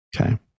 Okay